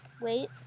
Wait